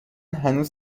هنوز